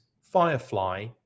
Firefly